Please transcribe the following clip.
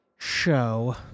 Show